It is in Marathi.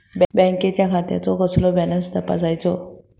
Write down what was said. बँकेच्या खात्याचो कसो बॅलन्स तपासायचो?